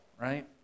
right